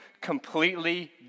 completely